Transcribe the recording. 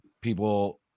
people